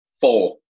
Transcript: Four